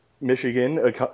Michigan